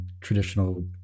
traditional